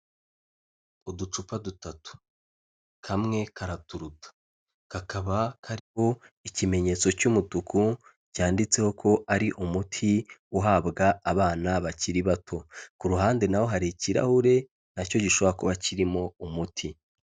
Uducupa dutatu, kamwe karaturutu, kakaba kariho ikimenyetso cy'umutuku cyanditseho ko ari umuti uhabwa abana bakiri bato, ku ruhande naho hari ikirahure nacyo gishobora kuba kirimo umuti.